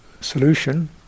solution